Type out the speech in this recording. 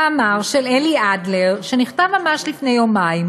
מאמר של אלי אדלר, שנכתב ממש לפני יומיים,